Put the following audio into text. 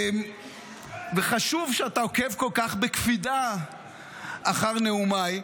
וחשוב שאתה עוקב כל כך בקפידה אחר נאומיי.